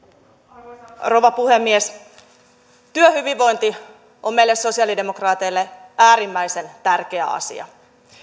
arvoisa rouva puhemies työhyvinvointi on meille sosialidemokraateille äärimmäisen tärkeä asia